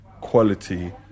quality